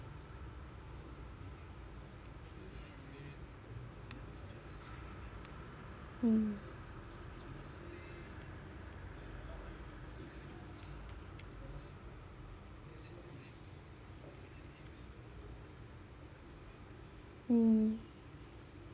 mm mm